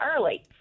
early